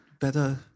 better